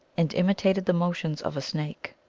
and imitated the motions of a snake.